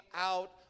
out